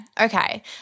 Okay